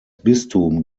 bistum